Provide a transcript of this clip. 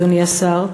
אדוני השר,